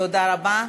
תודה רבה.